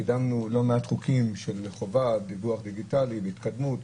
שקידמנו לא מעט חוקים של חובה על דיווח דיגיטלי והתקדמות,